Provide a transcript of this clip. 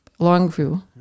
Longview